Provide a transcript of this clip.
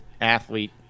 athlete